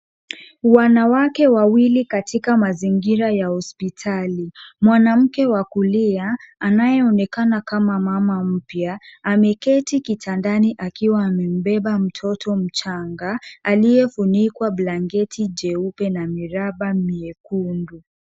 Wanawake wawili katika mazingira ya hospitali. Mwanamke wa kulia, anayeonekana kama mama mpya, ameketi kitandani akiwa amembeba mtoto mchanga aliyefunikwa blanketi jeupe na miraba miekundu.